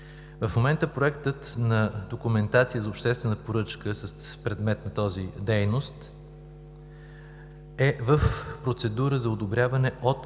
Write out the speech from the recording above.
В момента проектът на документацията за обществена поръчка с предмет тази дейност е в процедура за одобряване от